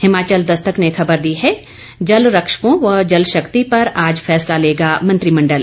हिमाचल दस्तक ने खबर दी है जलरक्षकों व जलशक्ति पर आज फैसला लेगा मंत्रिमंडल